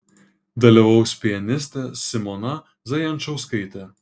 dalyvaus pianistė simona zajančauskaitė